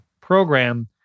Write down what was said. program